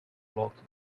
float